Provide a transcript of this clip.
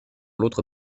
l’autre